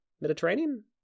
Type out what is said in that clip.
Mediterranean